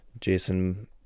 Jason